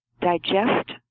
digest